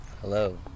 Hello